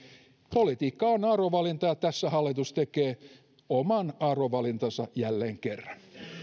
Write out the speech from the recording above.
politiikka on arvovalintoja ja tässä hallitus tekee oman arvovalintansa jälleen kerran